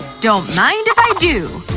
don't mind if i do!